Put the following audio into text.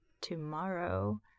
tomorrow